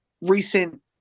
recent